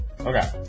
Okay